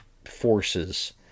forces